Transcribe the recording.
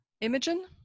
Imogen